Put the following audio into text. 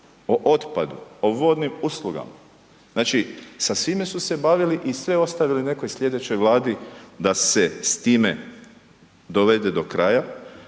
o otpadu, o vodnim uslugama, znači sa svime su se bavili i sve ostavili nekoj slijedećoj Vladi da se s time dovede do kraja,